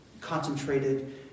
concentrated